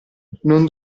non